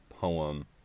poem